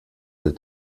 der